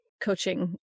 coaching